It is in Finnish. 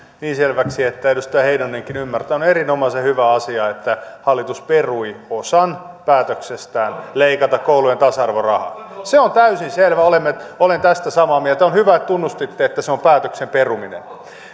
niin selväksi että edustaja heinonenkin ymmärtää on on erinomaisen hyvä asia että hallitus perui osan päätöksestään leikata koulujen tasa arvorahaa se on täysin selvä olen tästä samaa mieltä on hyvä että tunnustitte että se on päätöksen peruminen